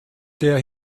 der